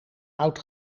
out